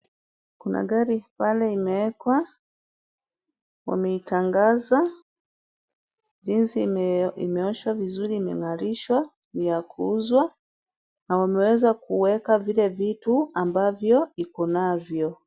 Kuna gari pale imewekwa wameitangaza jinsi imeoshwa vizuri imeng'arishwa juu ya kuuzwa na wameweza kuweka vile vitu ambavyo iko navyo.